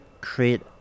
create